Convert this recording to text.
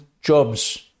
jobs